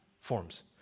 forms